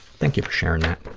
thank you for sharing that. but